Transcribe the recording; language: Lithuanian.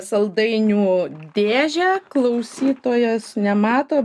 saldainių dėžę klausytojas nemato